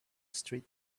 street